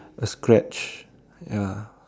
a scratch ya